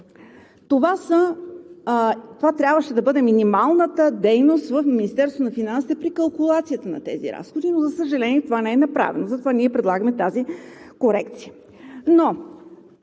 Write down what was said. Това трябваше да бъде минималната дейност в Министерството на финансите при калкулацията на тези разходи, но, за съжаление, това не е направено. Затова ние предлагаме тази корекция.